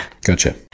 Gotcha